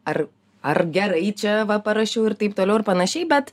ar ar gerai čia va parašiau ir taip toliau ir panašiai bet